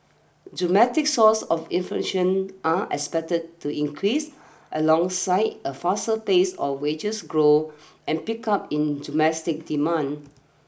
domestic sources of inflation are expected to increase alongside a faster pace of wages growth and pickup in domestic demand